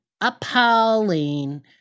appalling